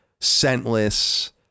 scentless